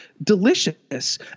delicious